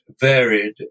varied